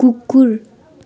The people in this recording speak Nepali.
कुकुर